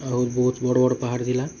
ଆଉ ବହୁତ୍ ବଡ଼୍ ବଡ଼୍ ପାହାଡ଼୍ ଥିଲା